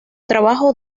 trabajo